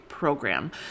program